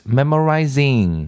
memorizing